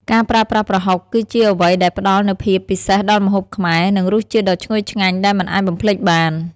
ការប្រើប្រាស់ប្រហុក គឺជាអ្វីដែលផ្តល់នូវភាពពិសេសដល់ម្ហូបខ្មែរ និងរសជាតិដ៏ឈ្ងុយឆ្ងាញ់ដែលមិនអាចបំភ្លេចបាន។